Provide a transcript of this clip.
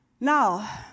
Now